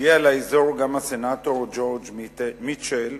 הגיע לאזור גם הסנטור ג'ורג' מיטשל,